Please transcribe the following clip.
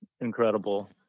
incredible